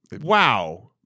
wow